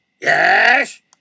Yes